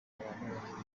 abantu